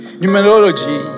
numerology